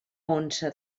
onça